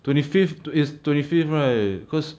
twenty fifth is twenty fifth right cause